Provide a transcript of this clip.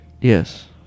Yes